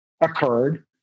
occurred